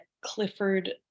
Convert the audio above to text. Clifford